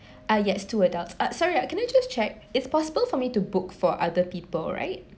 ah yes two adults uh sorry ah can I just check it's possible for me to book for other people right